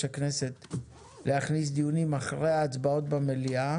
הכנסת להכניס דיונים אחרי ההצבעות במליאה,